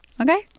Okay